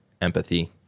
empathy